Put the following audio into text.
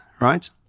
right